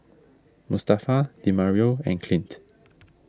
Mustafa Demario and Clint